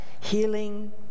healing